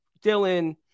Dylan